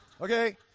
Okay